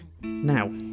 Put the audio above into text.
now